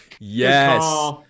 yes